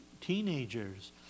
teenagers